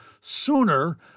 sooner